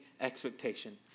expectation